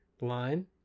line